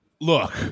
Look